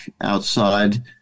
outside